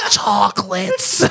chocolates